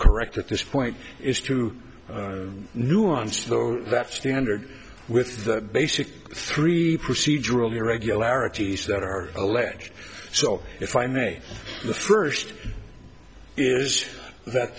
correct at this point is to nuance those that standard with the basic three procedural irregularities that are alleged so if i may the first is that